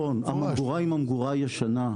הממגורה היא ישנה.